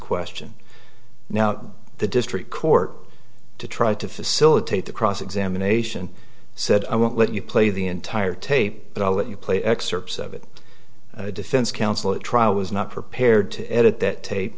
question now the district court to try to facilitate the cross examination said i won't let you play the entire tape but i'll let you play excerpts of it defense counsel at trial was not prepared to edit that tape